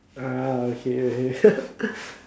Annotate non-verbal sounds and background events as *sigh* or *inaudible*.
ah okay okay *laughs*